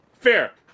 Fair